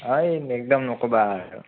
অ এই একদম নক'বা আৰু